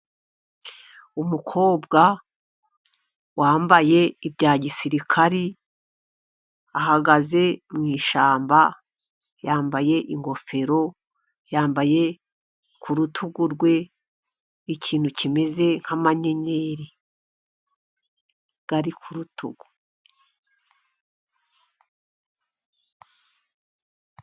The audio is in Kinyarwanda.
Umukobwa wambaye ibya gisirikari, ahagaze mu ishyamba, yambaye ingofero, yambaye ku rutugu rwe ikintu kimeze nk'amayenyeri ari ku rutugu.